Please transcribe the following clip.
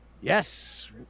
Yes